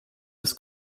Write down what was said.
des